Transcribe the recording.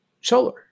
solar